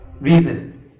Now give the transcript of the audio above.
reason